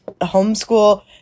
homeschool